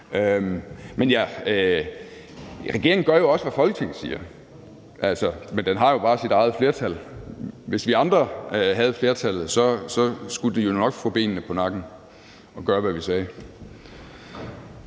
klubben. Regeringen gør jo også, hvad Folketinget siger, men den har bare sit eget flertal. Hvis vi andre havde flertallet, skulle de nok få benene på nakken og gøre, hvad vi sagde.